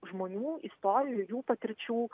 žmonių istorijų jų patirčių